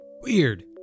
weird